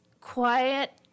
quiet